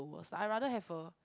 was I rather have a